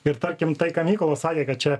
ir tarkim tai ką mykolas sakė kad čia